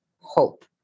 hope